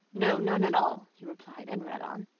no, none at all, he replied, and read on.